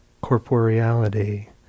corporeality